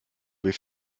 wir